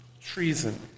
treason